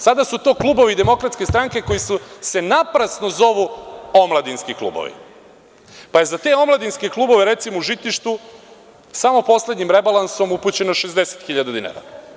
Sada su to klubovi DS koji se naprasno zovu omladinski klubovi, pa je za te omladinske klubove, recimo u Žitištu, samo poslednjim rebalansom upućeno 60 hiljada dinara.